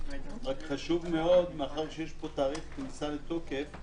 חשוב מאוד, מאחר שיש פה תאריך כניסה לתוקף-